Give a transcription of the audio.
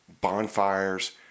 bonfires